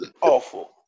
awful